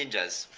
ninjas,